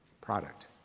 product